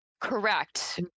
Correct